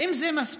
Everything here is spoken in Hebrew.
האם זה מספיק?